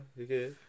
okay